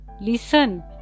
Listen